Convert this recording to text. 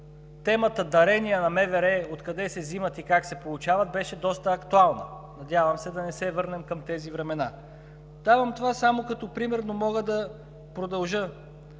темата „дарения на МВР – откъде се вземат и как се получават?“, беше доста актуална. Надявам се да не се върнем към тези времена. Давам това само като пример, но мога да продължа.